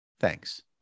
Thanks